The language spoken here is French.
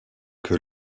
que